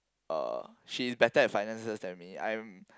uh she's better at finances than me I'm